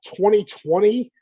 2020